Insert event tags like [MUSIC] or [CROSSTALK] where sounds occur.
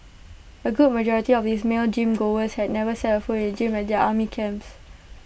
A good majority of these male gym [NOISE] goers had never set foot in the gym at their army camps